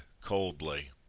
coldly